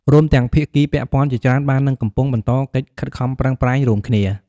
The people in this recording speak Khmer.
រួមទាំងភាគីពាក់ព័ន្ធជាច្រើនបាននិងកំពុងបន្តកិច្ចខិតខំប្រឹងប្រែងរួមគ្នា។